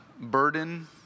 burden